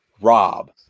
Rob